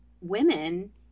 women